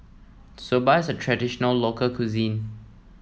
Soba is a traditional local cuisine